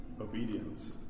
Obedience